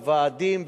הוועדים,